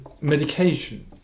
medication